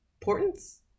importance